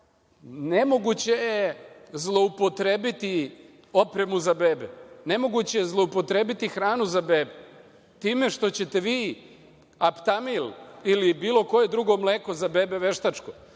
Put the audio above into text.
nemoguće je zloupotrebiti opremu za bebe. Nemoguće je zloupotrebiti hranu za bebe time što ćete vi Aptamil ili bilo koje drugo mleko za bebe veštačko